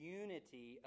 unity